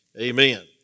amen